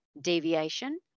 deviation